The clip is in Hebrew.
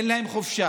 אין להם חופשה,